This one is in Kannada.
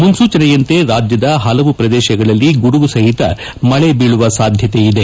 ಮುನ್ನೂಚನೆಯಂತೆ ರಾಜ್ಯದ ಹಲವು ಪ್ರದೇಶಗಳಲ್ಲಿ ಗುಡುಗು ಸಹಿತ ಮಳೆ ಬೀಳುವ ಸಾಧ್ಯತೆಯಿದೆ